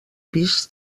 pis